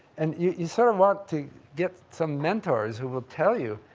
and you sort of want to get some mentors who will tell you,